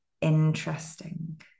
interesting